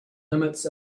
limits